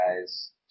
guys